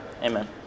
Amen